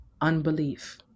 unbelief